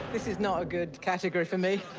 this is not a good category for me.